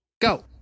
Go